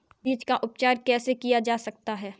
बीज का उपचार कैसे किया जा सकता है?